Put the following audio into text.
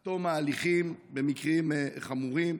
עד תום ההליכים במקרים חמורים?